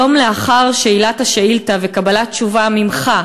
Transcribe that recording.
יום לאחר שאילת השאילתה וקבלת תשובה ממך,